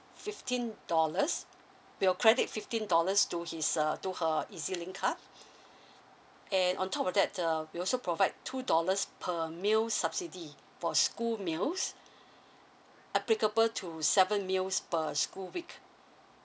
fifteen dollars we'll credit fifteen dollars to his uh to her ezlink card and on top of that uh we also provide two dollars per meal subsidy for school meals applicable to seven meals per school week